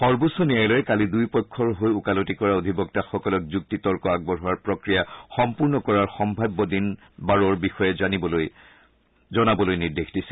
সৰ্বোচ্চ ন্যায়ালয়ে কালি দূয়ো পক্ষৰ হৈ ওকালতি কৰা অধিবক্তাসকলক যুক্তি তৰ্ক আগবঢ়োৱাৰ প্ৰক্ৰিয়া সম্পূৰ্ণ কৰাৰ সম্ভাৱ্য দিন বাৰৰ বিষয়ে জনাবলৈ নিৰ্দেশ দিছিল